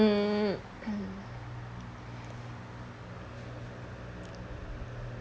mm